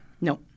No